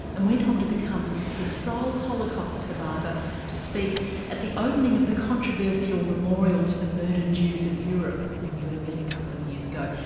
and went on to become the sole holocaust survivor to speak at the opening at the controversial memorial to the murdered jews of europe in berlin a couple of years ago.